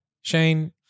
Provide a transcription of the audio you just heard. Shane